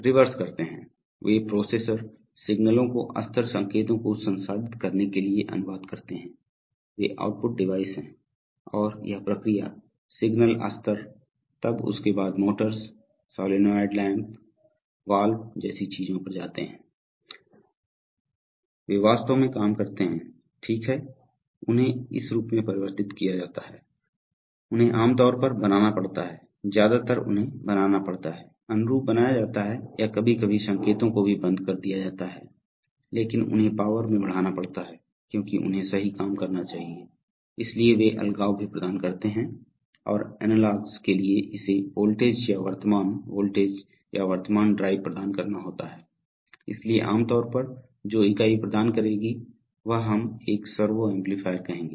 reverse करते हैं वे प्रोसेसर सिग्नलों को स्तर संकेतों को संसाधित करने के लिए अनुवाद करते हैं वे आउटपुट डिवाइस हैं और यह प्रक्रिया सिग्नल स्तर तब उसके बाद मोटर्स सोलनॉइड लैंप वाल्व जैसी चीजों पर जाते हैं वे वास्तव में काम करते हैं ठीक है उन्हें इस रूप में परिवर्तित किया जाता है उन्हें आम तौर पर बनाना पड़ता है ज्यादातर उन्हें बनाना पड़ता है अनुरूप बनाया जाता है या कभी कभी संकेतों को भी बंद कर दिया जाता है लेकिन उन्हें पावर में बढ़ाना पड़ता है क्योंकि उन्हें सही काम करना चाहिए इसलिए वे अलगाव भी प्रदान करते हैं और एनालॉग्स के लिए इसे वोल्टेज या वर्तमान वोल्टेज या वर्तमान ड्राइव प्रदान करना होता है इसलिए आमतौर पर जो इकाई प्रदान करेगी वह हम एक सर्वो एम्पलीफायर कहेंगे